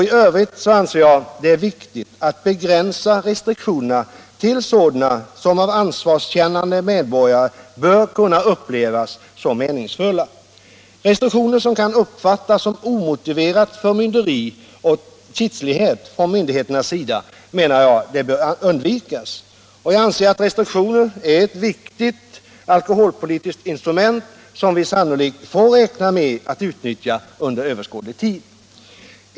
I övrigt anser jag det är viktigt att begränsa restriktionerna till sådana som av ansvarskännande medborgare bör kunna upplevas som 'meningsfulla. Restriktioner som kan uppfattas som omotiverat förmynderi och kitslighet från myndigheternas sida menar jag bör undvikas. Jag anser att restriktioner är ett viktigt alkoholpolitiskt instrument som vi sannolikt får räkna med att utnyttja under överskådlig tid.